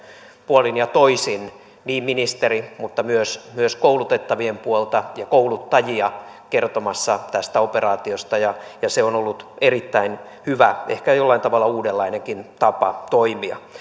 puolin ja toisin väkeä niin ministeri kuin myös koulutettavien puolelta ja kouluttajia kertomassa tästä operaatiosta ja ja se on ollut erittäin hyvä ehkä jollain tavalla uudenlainenkin tapa toimia